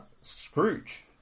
Scrooge